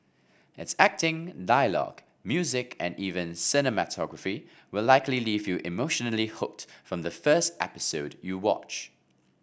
its acting dialogue music and even cinematography will likely leave you emotionally hooked from the first episode you watch